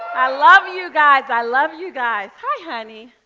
i love you guys. i love you guys. hi, honey.